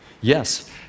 Yes